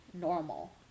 normal